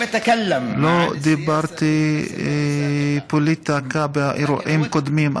לא דיברתי פוליטיקה באירועים קודמים,